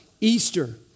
Easter